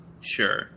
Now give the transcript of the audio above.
sure